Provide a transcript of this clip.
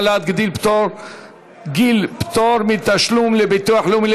העלאת גיל פטור מתשלום לביטוח לאומי